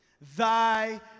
Thy